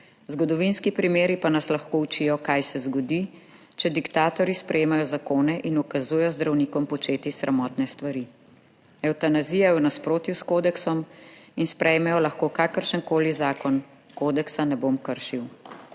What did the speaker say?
Zgodovinski primeri pa nas lahko učijo, kaj se zgodi, če diktatorji sprejemajo zakone in ukazujejo zdravnikom početi sramotne stvari. Evtanazija je v nasprotju s kodeksom in sprejmejo lahko kakršen koli zakon, kodeksa ne bom kršil.«